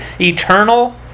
eternal